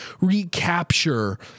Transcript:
recapture